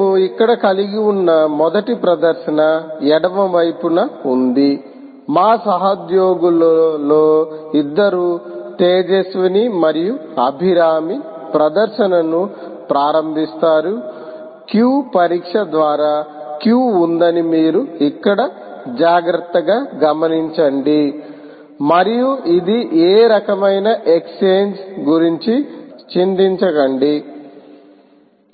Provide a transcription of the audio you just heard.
మేము ఇక్కడ కలిగి ఉన్న మొదటి ప్రదర్శన ఎడమ వైపున ఉంది మా సహోద్యోగులలో ఇద్దరు తేజస్విని మరియు అభిరామి ప్రదర్శనను ప్రారంభిస్తారు q పరీక్ష ద్వారా q ఉందని మీరు ఇక్కడ జాగ్రత్తగా గమనించండి మరియు ఇది ఏ రకమైన ఎక్స్ఛేంజ్ గురించి చింతించకండి